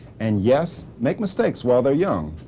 and yes make mistakes while they're young.